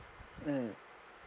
mm